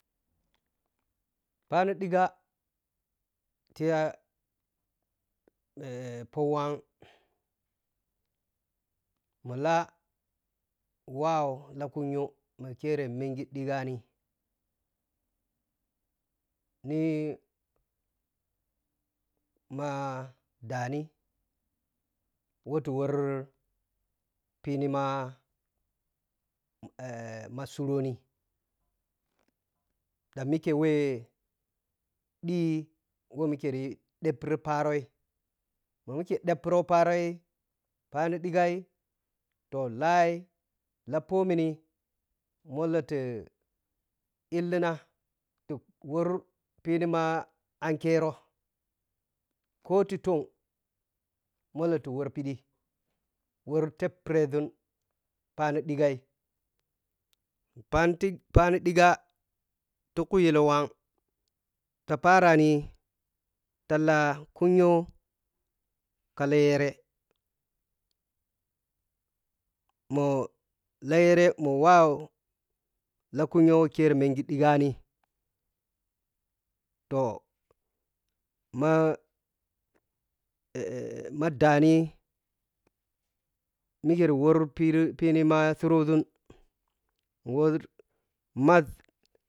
Pani digha tiya pawatig mo la wa, lakunyo ma kere mengi digahn ni madani wotiwgr pinimar ma suroni dan mike wa ɗi wemikeriyi ɗeppiri paroi mamike ɗeppiroi paroi pani ɗigaito lai lappomiyi molo tae ilina ti wirpini ma ankeroi ko ti tan molo to wirpiɗii worteppireȝun pani ɗaghai paniti pani ɗigah ti kugali wahag tapa rani tatla kunyo ka layere ma layere ma wa lakunyo we kire mengi ɗighani to ma ma ɗani mike riwɔrpiri pini masurriȝzun maȝȝ.